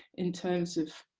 in terms of